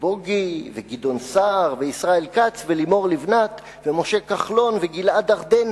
ובוגי וגדעון סער וישראל כץ ולימור לבנת ומשה כחלון וגלעד ארדן,